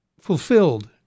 fulfilled